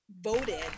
voted